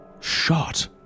shot